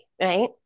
right